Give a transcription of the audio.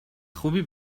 خوبی